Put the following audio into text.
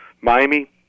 Miami